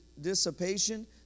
dissipation